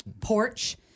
porch